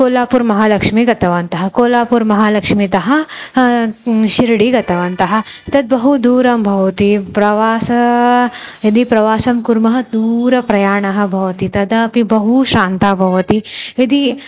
कोल्हापुरं महालक्ष्मी गतवन्तः कोल्हापुरं महालक्ष्मीतः शिर्डिं गतवन्तः तद् बहु दूरं भवति प्रवासं यदि प्रवासं कुर्मः दूरप्रयाणं भवति तदापि बहु श्रान्तः भवति यदि